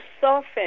soften